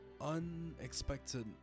unexpected